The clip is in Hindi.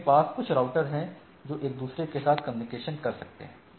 उनके पास कुछ राउटर है जो एक दूसरे के साथ कम्युनिकेशन कर सकते हैं